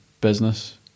business